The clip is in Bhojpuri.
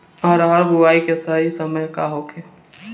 अरहर बुआई के सही समय का होखे?